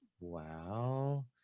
wow